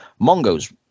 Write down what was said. Mongo's